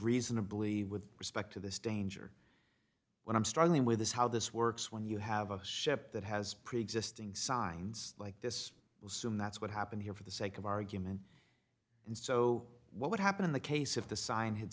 reasonably with respect to this danger when i'm struggling with how this works when you have a ship that has preexisting signs like this will soon that's what happened here for the sake of argument and so what would happen in the case of the sign had